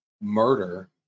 murder